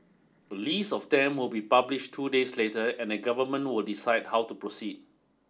a list of them will be publish two days later and the government will decide how to proceed